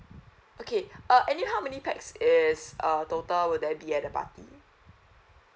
okay uh any how many pax is a total will there be at the party